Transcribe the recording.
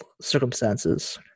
circumstances